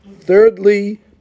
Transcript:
Thirdly